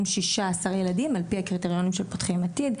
16 ילדים וזאת על פי הקריטריונים של תוכנית "פותחים עתיד".